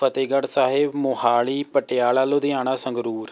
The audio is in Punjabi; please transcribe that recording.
ਫਤਿਹਗੜ੍ਹ ਸਾਹਿਬ ਮੋਹਾਲੀ ਪਟਿਆਲਾ ਲੁਧਿਆਣਾ ਸੰਗਰੂਰ